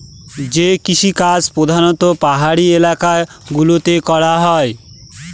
যে কৃষিকাজ প্রধানত পাহাড়ি এলাকা গুলোতে করা হয়